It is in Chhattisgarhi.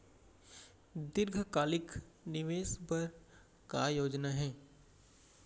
दीर्घकालिक निवेश बर का योजना हे?